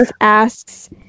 asks